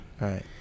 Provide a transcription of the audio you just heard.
Right